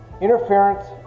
interference